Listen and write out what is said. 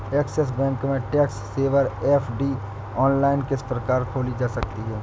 Axis bank में tax saver FD online किस प्रकार खोली जा सकती है?